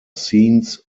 scenes